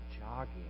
jogging